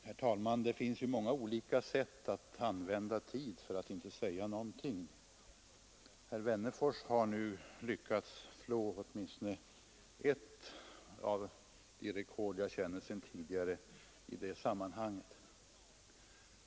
Herr talman! Det finns ju många olika sätt att använda tid för att inte säga någonting. Herr Wennerfors har nu lyckats slå åtminstone ett av de rekord som jag känner sedan tidigare i det sammanhanget.